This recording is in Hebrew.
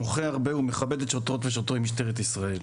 מוחה הרבה ומכבד את שוטרות ושוטרי משטרת ישראל.